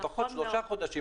לפחות שלושה חודשים,